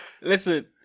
Listen